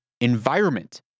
environment